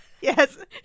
Yes